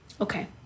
okay